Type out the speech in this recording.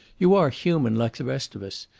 you are human, like the rest of us.